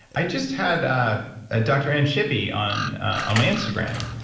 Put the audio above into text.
i just had ah ah doctor anne shippy on on my instagram.